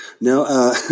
No